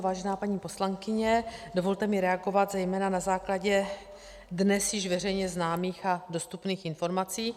Vážená paní poslankyně, dovolte mi reagovat zejména na základě dnes již veřejně známých a dostupných informací.